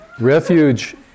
Refuge